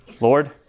Lord